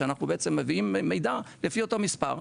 שאנחנו בעצם מביאים מידע לפי אותו מספר.